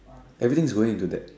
everything is going into depth